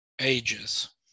ages